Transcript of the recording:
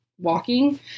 walking